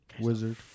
Wizard